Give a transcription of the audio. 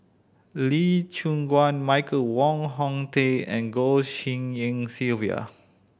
Lee Choon Guan Michael Wong Hong Teng and Goh Tshin En Sylvia